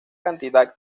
cantidad